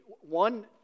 One